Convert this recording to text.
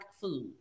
food